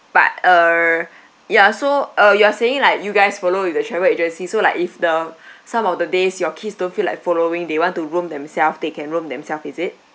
but uh ya so uh you are saying like you guys follow with the travel agency so like if the some of the days your kids don't feel like following they want to roam themselves they can roam themselves is it